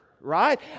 right